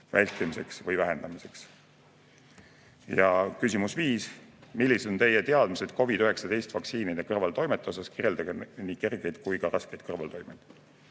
vältimiseks või vähendamiseks. Ja küsimus nr 5: "Millised on Teie teadmised covid-19 vaktsiinide kõrvaltoimete osas, kirjeldage nii kergeid kui ka raskeid kõrvaltoimed?"